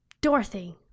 Dorothy